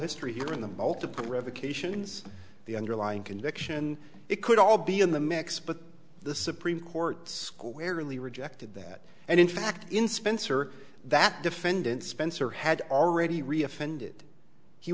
history here in the multiple revocations the underlying conviction it could all be in the mix but the supreme court squarely rejected that and in fact in spencer that defendant spencer had already re offended he